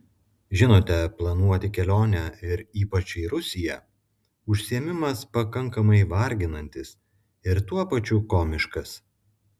žinote planuoti kelionę ir ypač į rusiją užsiėmimas pakankamai varginantis ir tuo pačiu komiškas